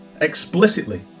explicitly